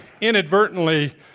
inadvertently